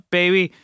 baby